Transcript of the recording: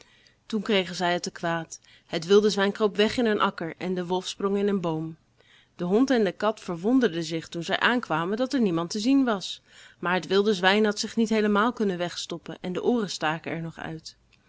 toen kregen zij het te kwaad het wilde zwijn kroop weg in een akker en de wolf sprong in een boom de hond en de kat verwonderden zich toen zij aankwamen dat er niemand te zien was maar het wilde zwijn had zich niet heelemaal kunnen wegstoppen en de ooren staken er nog uit